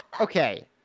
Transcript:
okay